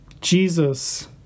Jesus